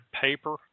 paper